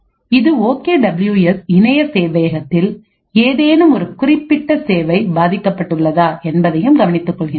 இது okay W S இணைய சேவையகத்தில் ஏதேனும் ஒரு குறிப்பிட்ட சேவை பாதிக்கப்பட்டுள்ளதா என்பதையும் கவனித்துக் கொள்கின்றது